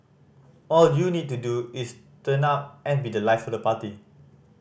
all you need to do is turn up and be the life of the party